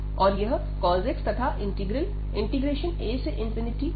और यह cos x तथा इंटीग्रल acos x dx है